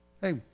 Hey